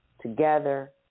together